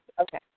Okay